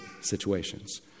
situations